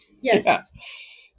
Yes